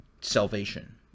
salvation